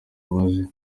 maze